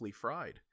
fried